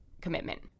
commitment